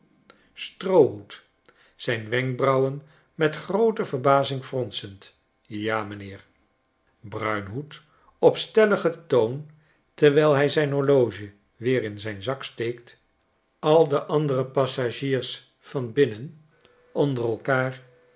stroohoed zijn wenkbrauwen met groote verbazing fronsend ja m'nheer bruinhoed op stelligen toon terwij hij zijn horloge weer in zijn zak steekt ja m'nheer al de andere passagiers van binnen onder elkaar